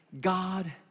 God